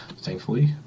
Thankfully